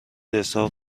اسحاق